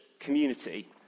community